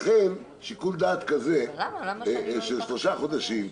לכן שיקול דעת כזה של שלושה חודשים,